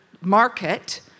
market